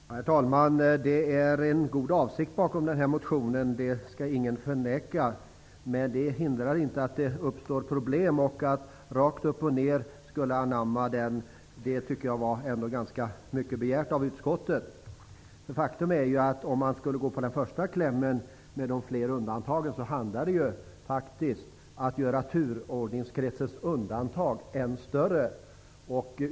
Herr talman! Det är en god avsikt bakom motionen. Det skall ingen förneka. Men det hindrar inte att det uppstår problem. Jag tycker att det är mycket begärt att anamma motionen rakt upp och ned. Faktum är att första klämmen om fler undantag handlar om att göra turordningskretsens undantag än fler.